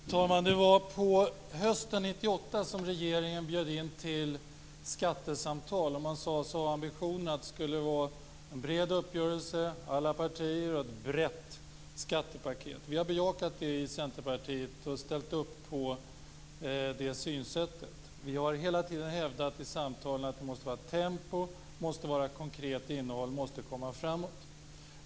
Fru talman! Det var på hösten 1998 som regeringen bjöd in till skattesamtal. Man sade sig ha ambitionen att det skulle vara en bred uppgörelse med alla partier och ett brett skattepaket. Vi har bejakat det i Centerpartiet och ställt upp på det synsättet. Vi har hela tiden hävdat i samtalen att det måste vara tempo, att det måste vara ett konkret innehåll, att det måste gå framåt.